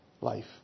life